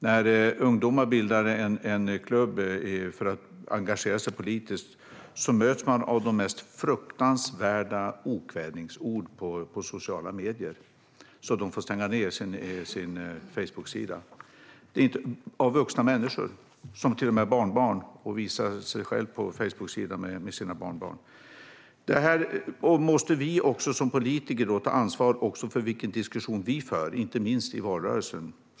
När ungdomar bildar en klubb för att engagera sig politiskt möts de av de mest fruktansvärda okvädingsord på sociala medier. De tvingas stänga ned sin Facebooksida. Detta kommer från vuxna människor, som till och med har barnbarn och visar sig själva med dem på Facebook. Vi som politiker måste också ta ansvar för vilken diskussion vi för, inte minst i valrörelsen.